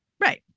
right